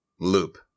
loop